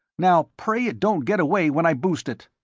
now pray it don't get away when i boost it.